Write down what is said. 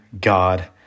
God